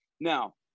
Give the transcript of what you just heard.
now